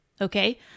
okay